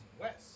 west